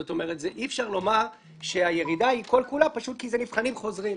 זאת אומרת שאי-אפשר לומר שהירידה כל כולה פשוט כי אלו נבחנים חוזרים.